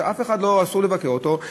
שלאף אחד אסור לבקר אותו.